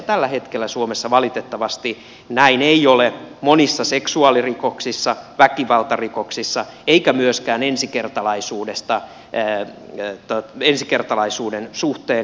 tällä hetkellä suomessa valitettavasti näin ei ole monissa seksuaalirikoksissa väkivaltarikoksissa eikä myöskään ensikertalaisuuden suhteen